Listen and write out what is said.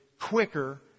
quicker